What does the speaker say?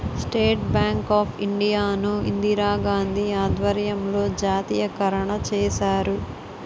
state bank of India ను ఇందిరాగాంధీ ఆధ్వర్యంలో జాతీయకరణ చేశారు